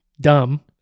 dumb